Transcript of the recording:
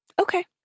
okay